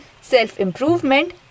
self-improvement